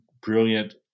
brilliant